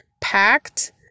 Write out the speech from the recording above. packed